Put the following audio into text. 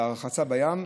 את הרחצה בים,